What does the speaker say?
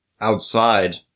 outside